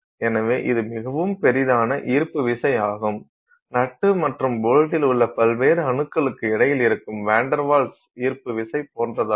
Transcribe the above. எனவே இது மிகவும் பெரிதான ஈர்ப்பு விசையாகும் நட்டு மற்றும் போல்ட்டில் உள்ள பல்வேறு அணுக்களுக்கு இடையில் இருக்கும் வான் டெர் வால்ஸ் ஈர்ப்பு விசை போன்றதாகும்